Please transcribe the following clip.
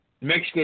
Mexico